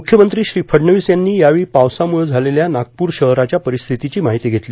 मुख्यमंत्री श्री फडणवीस यांनी यावेळी पावसामुळं झालेल्या नागपूर शहराच्या परिस्थितीची माहिती घेतली